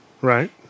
right